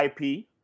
IP